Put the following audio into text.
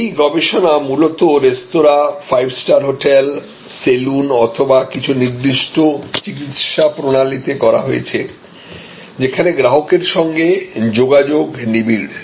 এই গবেষণা মূলত রেস্তোরাঁ ফোর স্টার হোটে্ল সেলুন অথবা কিছু নির্দিষ্ট চিকিৎসা প্রণালীতে করা হয়েছে যেখানে গ্রাহকের সঙ্গে যোগাযোগ নিবিড়